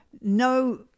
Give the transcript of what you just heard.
No